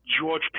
George